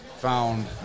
found